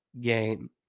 game